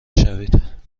شوید